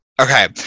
Okay